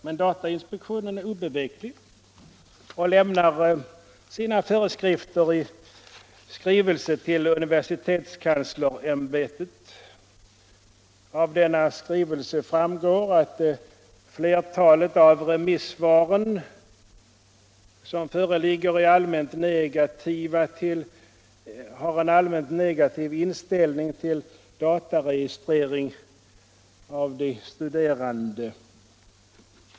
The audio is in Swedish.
Men datainspektionen är obeveklig och lämnar sina föreskrifter i skrivelse till universitetskanslersämbetet. Av denna skrivelse framgår att flertalet av de remissvar som föreligger visar en allmänt negativ inställning till dataregistrering av de studerande.